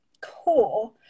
core